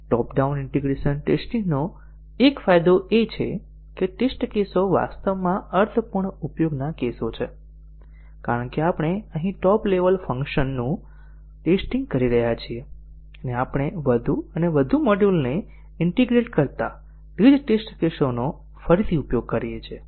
ટોપ down integration ટેસ્ટિંગનો એક ફાયદો એ છે કે ટેસ્ટ કેસો વાસ્તવમાં અર્થપૂર્ણ ઉપયોગના કેસો છે કારણ કે આપણે અહીં ટોપ લેવલ ફંક્શનલ નું ટેસ્ટીંગ કરી રહ્યા છીએ અને આપણે વધુ અને વધુ મોડ્યુલને ઈન્ટીગ્રેટ કરતા તે જ ટેસ્ટ કેસોનો ફરીથી ઉપયોગ કરીએ છીએ